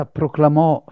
proclamò